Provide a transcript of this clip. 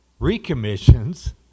recommissions